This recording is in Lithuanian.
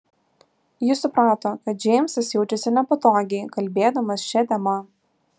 ji suprato kad džeimsas jaučiasi nepatogiai kalbėdamas šia tema